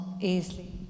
easily